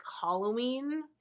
Halloween